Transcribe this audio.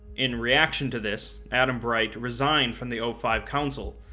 in reaction to this, adam bright resigned from the o five council,